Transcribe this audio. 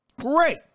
Great